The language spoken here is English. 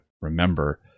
remember